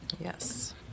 Yes